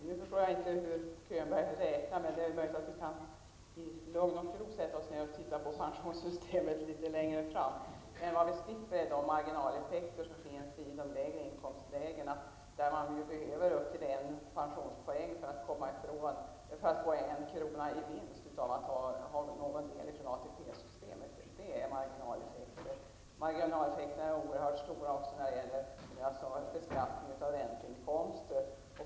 Fru talman! Jag förstår inte hur Bo Könberg räknar, men det är möjligt att vi i lugn och ro kan sätta oss ned och titta på pensionssystemet litet längre fram. Vad vi slipper är de marginaleffekter som finns i de lägre inkomstlägen, där man behöver upp till en pensionspoäng för att få en krona i vinst i ATP-systemet. Det är marginaleffekter! Marginaleffekterna är också oerhört stora när det gäller beskattningen av ränteinkomster.